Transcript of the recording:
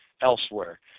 elsewhere